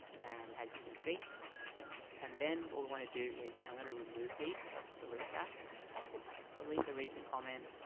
and as you can see and then what we're gonna do is i'm gonna remove these. delete that delete the recent comment.